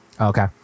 Okay